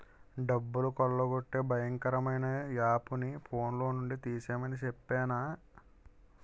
డబ్బులు కొల్లగొట్టే భయంకరమైన యాపుని ఫోన్లో నుండి తీసిమని చెప్పేనా